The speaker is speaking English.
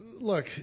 look